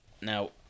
Now